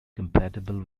compatible